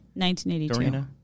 1982